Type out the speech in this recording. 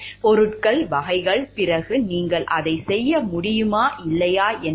பொருட்கள் வகைகள் பிறகு நீங்கள் அதை செய்ய முடியுமா இல்லையா என்பதை